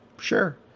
sure